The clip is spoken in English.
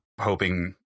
hoping